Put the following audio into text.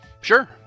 Sure